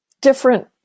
different